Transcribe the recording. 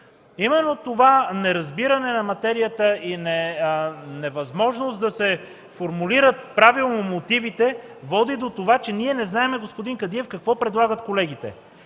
Именно това неразбиране на материята и невъзможност да се формулират правилно мотивите води до това, че ние, господин Кадиев, не знаем какво предлагат колегите.